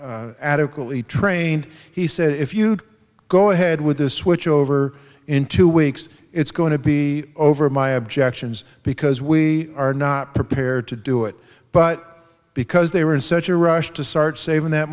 adequately trained he said if you go ahead with the switch over in two weeks it's going to be over my objections because we are not prepared to do it but because they were in such a rush to start saving that